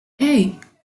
hey